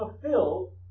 fulfilled